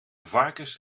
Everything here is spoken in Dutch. varkens